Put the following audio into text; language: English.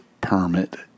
permit